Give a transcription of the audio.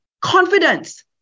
confidence